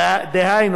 דהיינו